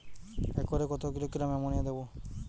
একরে কত kilogram ammonia দেবো?